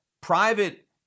private